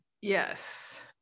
yes